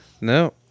No